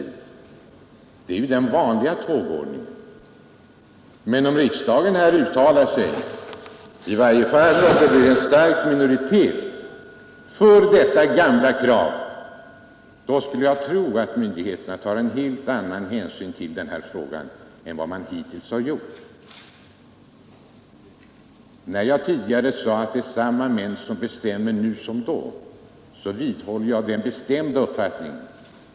Det är den vanliga tågordningen. Men om riksdagen eller en stark minoritet i riksdagen uttalar sig för detta gamla krav, så skulle jag tro att myndigheterna tar en helt annan hänsyn till denna fråga än man hittills har gjort. Jag vidhåller på det bestämdaste att det är samma krafter som bestämmer nu som då.